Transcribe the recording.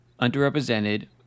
Underrepresented